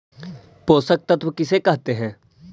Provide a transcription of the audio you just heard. पोषक तत्त्व किसे कहते हैं?